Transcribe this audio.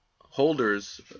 holders